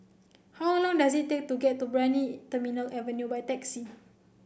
how long does it take to get to Brani Terminal Avenue by taxi